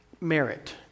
merit